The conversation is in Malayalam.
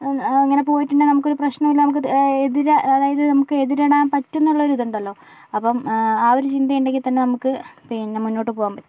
അങ്ങനെ പോയിട്ടുണ്ടെങ്കിൽ നമുക്ക് ഒരു പ്രശ്നവുമില്ല നമുക്ക് എതിരെ അതായത് നമുക്ക് എതിരിടാൻ പറ്റുമെന്നുള്ള ഒരിത് ഉണ്ടല്ലോ അപ്പം ആ ഒരു ചിന്ത ഉണ്ടെങ്കിൽ തന്നെ നമുക്ക് പിന്നെ മുന്നോട്ടു പോകാൻ പറ്റും